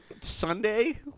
Sunday